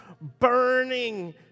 burning